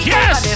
Yes